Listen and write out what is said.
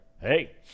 Hey